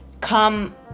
come